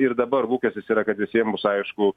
ir dabar lūkestis yra kad visiem bus aišku